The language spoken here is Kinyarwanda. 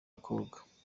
koga